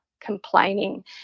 complaining